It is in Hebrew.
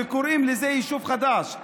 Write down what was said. וקוראים לזה יישוב חדש.